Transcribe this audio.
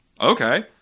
Okay